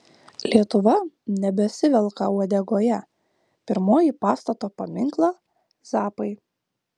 lietuva nebesivelka uodegoje pirmoji pastato paminklą zappai